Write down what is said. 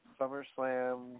SummerSlam